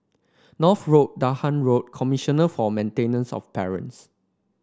North Road Dahan Road Commissioner for Maintenance of Parents